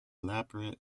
elaborate